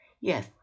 Yes